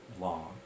long